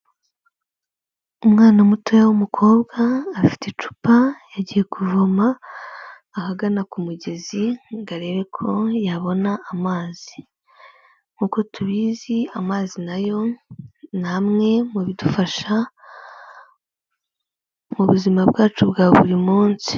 Umwana mutoya w'umukobwa, afite icupa yagiye kuvoma ahagana ku mugezi ngo arebe ko yabona amazi. Nk'uko tubizi, amazi nayo ni amwe mu bidufasha mu buzima bwacu bwa buri munsi.